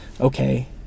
Okay